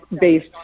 based